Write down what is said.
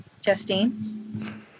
Justine